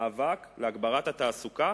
מאבק להגברת התעסוקה